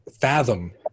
fathom